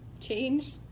change